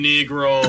Negro